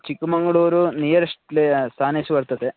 Chikkamagaluru nearest place स्थानेषु वर्तते